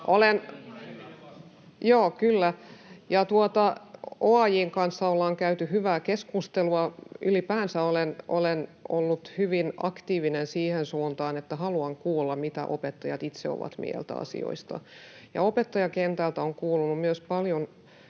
Joo, kyllä. OAJ:n kanssa ollaan käyty hyvää keskustelua, ja ylipäänsä olen ollut hyvin aktiivinen siihen suuntaan, että haluan kuulla, mitä opettajat itse ovat mieltä asioista. Ja opettajakentältä on kuulunut myös paljon